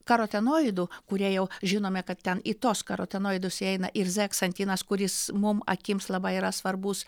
karotenoidų kurie jau žinome kad ten į tuos karotenoidus įeina ir zeksantinas kuris mum akims labai yra svarbus